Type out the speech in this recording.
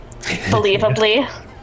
Believably